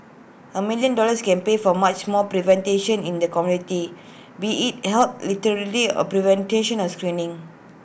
A million dollars can pay for much more prevention in the community be IT in health literacy or prevention or screening